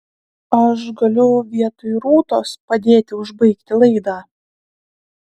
aš galiu vietoj rūtos padėti užbaigti laidą